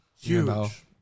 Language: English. Huge